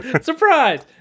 Surprise